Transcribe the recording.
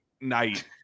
night